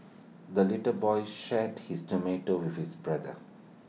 the little boy shared his tomato with his brother